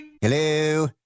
Hello